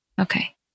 okay